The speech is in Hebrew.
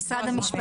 זה עובר לתוספת.